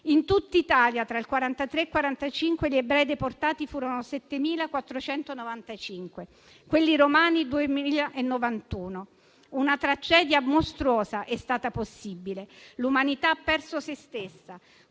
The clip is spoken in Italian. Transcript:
In tutta Italia, tra il 1943 e il 1945, gli ebrei deportati furono 7.495 (quelli romani 2.091). Una tragedia mostruosa è stata possibile, l'umanità ha perso se stessa: